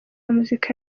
muzika